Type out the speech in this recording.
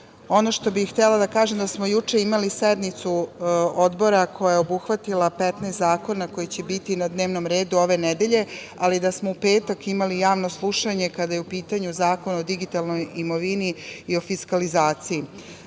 što bih htela da kažem jeste da smo juče imali sednicu Odbora koja je obuhvatila 15 zakona koji će biti na dnevnom redu ove nedelje, ali da smo u petak imali Javno slušanje kada je u pitanju Zakon o digitalnoj imovini i o fiskalizaciji.